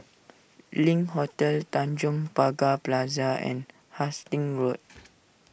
Link Hotel Tanjong Pagar Plaza and Hastings Road